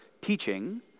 teaching